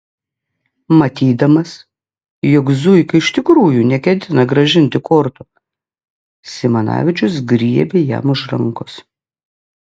matydamas jog zuika iš tikrųjų neketina grąžinti kortų simanavičius griebė jam už rankos